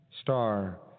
star